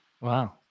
wow